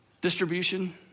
distribution